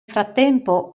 frattempo